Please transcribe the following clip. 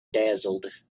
dazzled